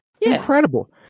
Incredible